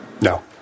No